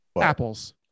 Apples